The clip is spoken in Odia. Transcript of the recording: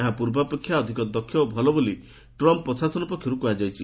ଏହା ପୂର୍ବାପେକ୍ଷା ଅଧିକ ଦକ୍ଷ ଓ ଭଲ ବୋଲି ଟ୍ରମ୍ପ ପ୍ରଶାସନ ପକ୍ଷରୁ କୁହାଯାଇଛି